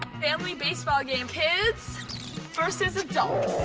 family baseball game, kids versus adults.